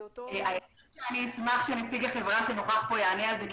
אני אשמח אם נציג החברה שנוכח פה יענה על זה כי